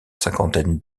cinquantaine